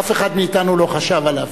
שאף אחד מאתנו לא חשב עליו,